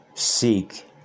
seek